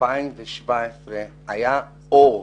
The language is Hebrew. ב-2017 היה אור,